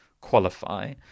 qualify